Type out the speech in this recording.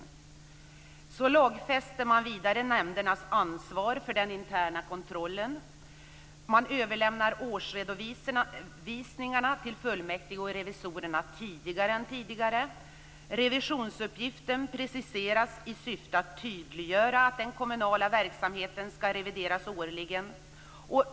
Vidare lagfäster man nämndernas ansvar för den interna kontrollen. Årsredovisningen skall överlämnas till fullmäktige och revisorerna tidigare än förut. Revisionsuppgiften preciseras i syfte att tydliggöra att den kommunala verksamheten skall revideras årligen.